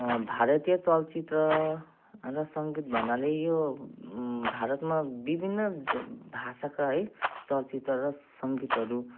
भारतीय चलचित्र र सङ्गीत भन्नाले यो भारतमा विभिन्न भाषाका है चलचित्र र सङ्गीतहरू